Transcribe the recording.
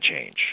change